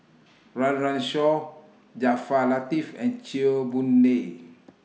Run Run Shaw Jaafar Latiff and Chew Boon Lay